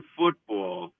football